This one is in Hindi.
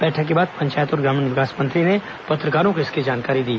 बैठक के बाद पंचायत और ग्रामीण विकास मंत्री ने पत्रकारों को इसकी जानकारी दी